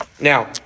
Now